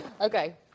Okay